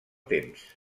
temps